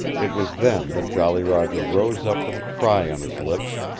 it was then that jolly roger rose up with a cry on his lips,